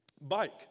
bike